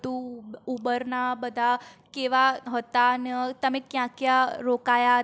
ઉબરનાં બધા કેવા હતા અને તમે ક્યાં ક્યાં રોકાયા હતા